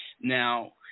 Now